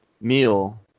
meal